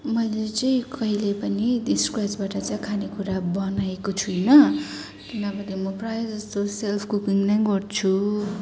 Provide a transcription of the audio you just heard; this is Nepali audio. मैले चाहिँ कहिले पनि स्क्र्याचबाट चाहिँ खानेकुरा बनाएको छुइनँ किनभने म प्रायः जस्तो सेल्फ कुकिङ नै गर्छु